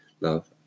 love